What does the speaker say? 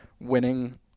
winning